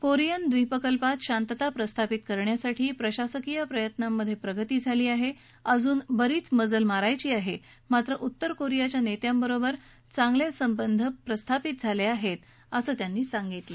Korean द्विपकल्पात शांतता प्रस्थापित करण्यासाठी प्रशासकीय प्रयत्नांमध्ये प्रगती झाली आहे अजून बरीच मजल मारायची आहे मात्र उत्तर कोरियाच्या नेत्यांबरोबर चांगले संबंध प्रस्थापित झाले आहेत असंही त्यांनी सांगितलं